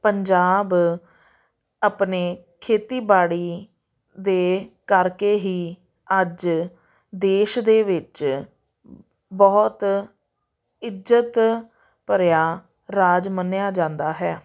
ਪੰਜਾਬ ਆਪਣੇ ਖੇਤੀਬਾੜੀ ਦੇ ਕਰਕੇ ਹੀ ਅੱਜ ਦੇਸ਼ ਦੇ ਵਿੱਚ ਬਹੁਤ ਇੱਜਤ ਭਰਿਆ ਰਾਜ ਮੰਨਿਆ ਜਾਂਦਾ ਹੈ